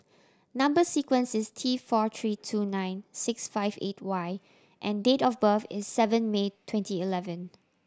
number sequence is T four tree two nine six five eight Y and date of birth is seven May twenty eleven